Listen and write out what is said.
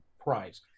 price